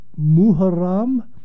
Muharram